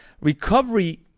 recovery